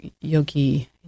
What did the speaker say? Yogi